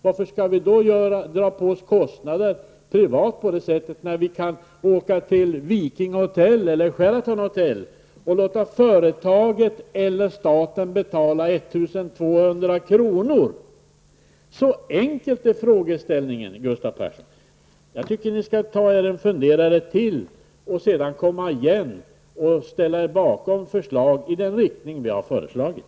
Varför skall vi dra på oss kostnader privat när vi kan åka till Viking Hotel eller Sheraton Hotel och låta företaget eller staten betala 1 200 kr.? Frågeställningen är så enkel, Gustav Persson. Jag tycker att ni skall ta er en funderare till och sedan ställa er bakom ett förslag i den riktning som vi har föreslagit.